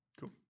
Cool